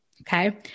Okay